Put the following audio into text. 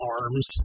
arms